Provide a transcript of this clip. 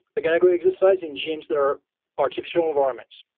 they're going to go exercise in gyms that are artificial environments.